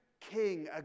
king